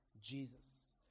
Jesus